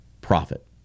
profit